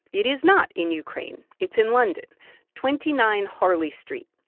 it is not in ukraine. it's in london twenty nine harley street.